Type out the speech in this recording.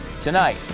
tonight